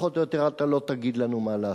פחות או יותר: אתה לא תגיד לנו מה לעשות,